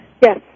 Yes